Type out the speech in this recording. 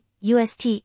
UST